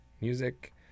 music